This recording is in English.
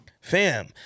Fam